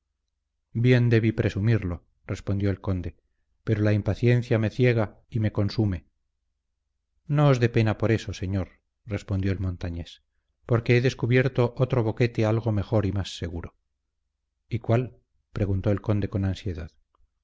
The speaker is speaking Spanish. bien debí presumirlo respondió el conde pero la impaciencia me ciega y me consume no os dé pena por eso señor respondió el montañés porque he descubierto otro boquete algo mejor y más seguro y cuál preguntó el conde con ansiedad